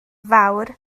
fawr